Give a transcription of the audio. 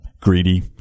greedy